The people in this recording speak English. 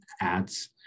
ads